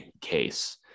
case